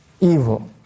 evil